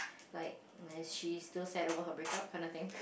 like she's still sad over her breakup kinda thing